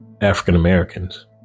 African-Americans